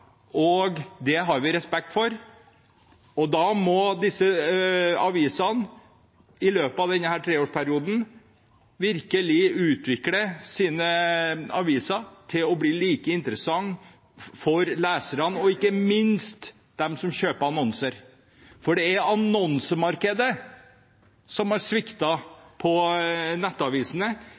og det har vi respekt for. Da må disse avisene i løpet av treårsperioden virkelig utvikle sine aviser til å bli like interessante for leserne, og ikke minst for dem som kjøper annonser. For det er annonsemarkedet som har sviktet i nettavisene i forhold til papiravisene, det er